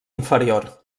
inferior